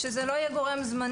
צריך שזה לא יהיה גורם זמני,